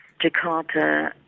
Jakarta